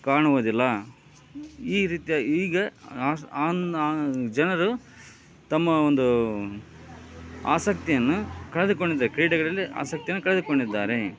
ಕಾಣುವುದಿಲ್ಲ ಈ ರೀತಿಯಾಗಿ ಈಗ ಜನರು ತಮ್ಮ ಒಂದು ಆಸಕ್ತಿಯನ್ನು ಕಳೆದುಕೊಂಡಿದ್ದ ಕ್ರೀಡೆಗಳಲ್ಲಿ ಆಸಕ್ತಿಯನ್ನು ಕಳೆದುಕೊಂಡಿದ್ದಾರೆ